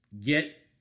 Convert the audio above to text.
get